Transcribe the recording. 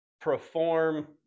perform